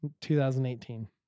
2018